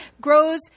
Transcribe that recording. grows